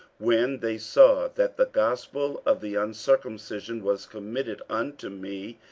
when they saw that the gospel of the uncircumcision was committed unto me,